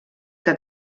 que